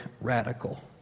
Radical